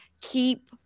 keep